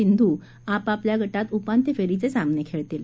सिंधू आपापल्या गटात उपांत्य फेरीचे सामने खेळतील